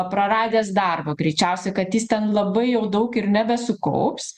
praradęs darbą greičiausia kad jis ten labai jau daug ir nebesukaups